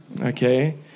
okay